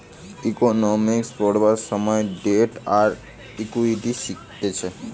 economics পড়বার সময় debt আর ইকুইটি শিখতিছে